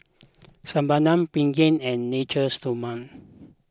Sebamed Pregain and Natura Stoma